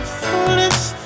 foolish